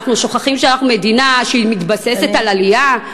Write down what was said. אנחנו שוכחים שאנחנו מדינה שמתבססת על עלייה?